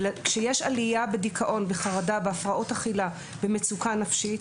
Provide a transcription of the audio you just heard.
כשיש עלייה בדיכאון וחרדה והפרעות אכילה ומצוקה נפשית,